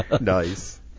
Nice